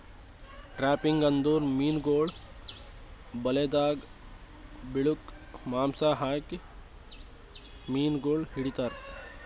trapping ಅಂದುರ್ ಮೀನುಗೊಳ್ ಬಲೆದಾಗ್ ಬಿಳುಕ್ ಮಾಂಸ ಹಾಕಿ ಮೀನುಗೊಳ್ ಹಿಡಿತಾರ್